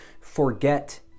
forget